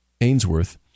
Ainsworth